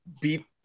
beat